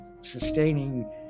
sustaining